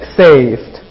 saved